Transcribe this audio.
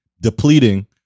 depleting